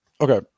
Okay